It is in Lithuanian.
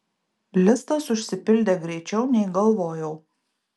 listas užsipildė greičiau nei galvojau